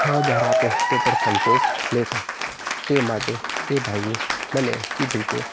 છ હજાર આપે તો પણ સંતોષ દેખાય તે માટે તે ભાઈએ મને કીધું કે વાંધો નહીં ભાઈ